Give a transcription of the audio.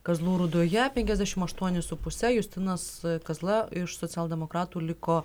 kazlų rūdoje penkiasdešimt aštuoni su puse justinas kazla iš socialdemokratų liko